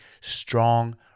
strong